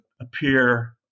appear